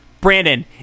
Brandon